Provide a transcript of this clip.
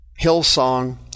Hillsong